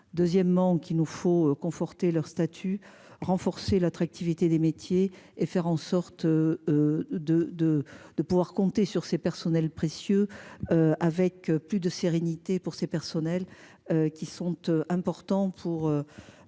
Deuxièmement qu'il nous faut conforter leur statut renforcer l'attractivité des métiers et faire en sorte. De de de pouvoir compter sur ses personnels précieux. Avec plus de sérénité pour ces personnels qui sont eux importants pour.